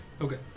okay